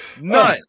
None